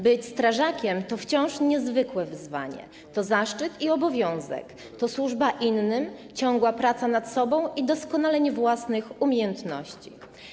Być strażakiem to wciąż niezwykłe wyzwanie, to zaszczyt i obowiązek, to służba innym, ciągła praca nad sobą i doskonalenie własnych umiejętności.